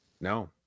No